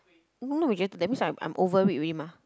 that means I'm I'm overweight already mah